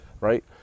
right